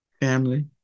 family